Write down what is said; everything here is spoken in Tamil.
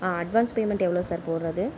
ஆ அட்வான்ஸ் பேமெண்ட் எவ்வளோ சார் போடுவது